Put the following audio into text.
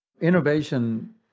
Innovation